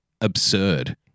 absurd